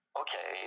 okay